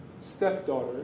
stepdaughter